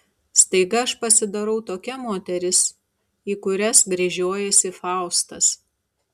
staiga aš pasidarau tokia moteris į kurias gręžiojasi faustas